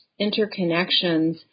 interconnections